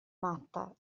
matta